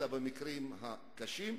אלא המקרים הקשים,